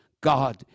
God